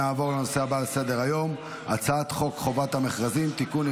נעבור לנושא הבא על סדר-היום: הצעת חוק חובת המכרזים (תיקון,